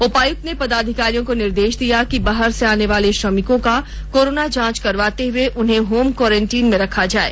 उपायुक्त ने पदाधिकारियों को निर्देश दिया कि बाहर से आने वाले श्रमिको का कोरोना जांच करवाते हुए उन्हें होम क्वारंटाईन में रखा जाये